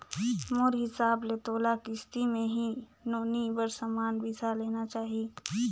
मोर हिसाब ले तोला किस्ती मे ही नोनी बर समान बिसा लेना चाही